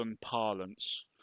parlance